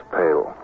pale